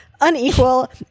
unequal